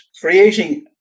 creating